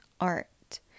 Art